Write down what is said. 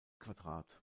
quadrat